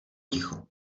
ticho